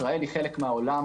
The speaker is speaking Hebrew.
ישראל היא חלק מהעולם,